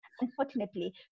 Unfortunately